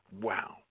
Wow